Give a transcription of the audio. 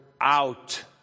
out